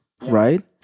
right